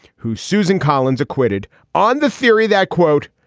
who susan collins acquitted on the theory that, quote,